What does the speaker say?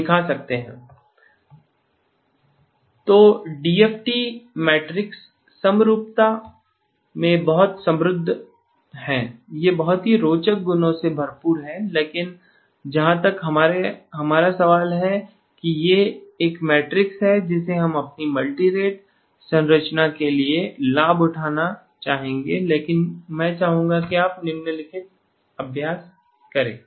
तो DFT matrix समरूपता में बहुत समृद्ध है यह बहुत ही रोचक गुणों से भरपूर है लेकिन जहां तक हमारा सवाल है कि यह एक मैट्रिक्स है जिसे हम अपनी मल्टीरेट संरचनाओं के लिए लाभ उठाना चाहेंगे लेकिन मैं चाहता हूं कि आप निम्नलिखित अभ्यास करें